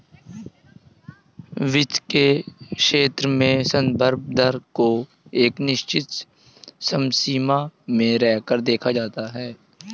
वित्त के क्षेत्र में संदर्भ दर को एक निश्चित समसीमा में रहकर देखा जाता है